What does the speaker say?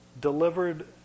delivered